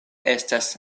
estas